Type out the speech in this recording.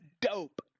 dope